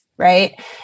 Right